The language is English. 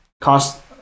cost